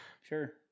Sure